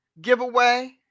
Giveaway